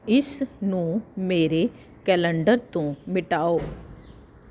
ਇਸ ਨੂੰ ਮੇਰੇ ਕੈਲੰਡਰ ਤੋਂ ਮਿਟਾਓ